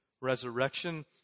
resurrection